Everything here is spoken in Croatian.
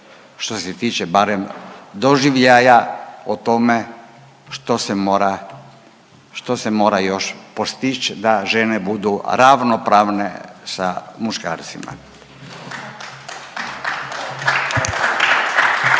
što se tiče barem doživljaja o tome što se mora još postići da žene budu ravnopravne sa muškarcima.